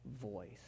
voice